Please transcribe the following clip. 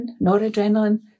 noradrenaline